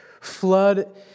flood